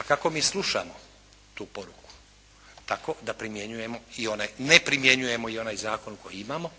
A kako mi slušamo tu poruku? Tako da ne primjenjujemo i onaj zakon koji imamo